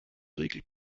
regel